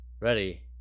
Ready